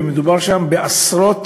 ומדובר שם בעשרות